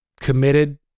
committed